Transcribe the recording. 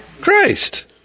Christ